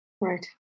right